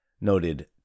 noted